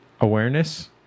awareness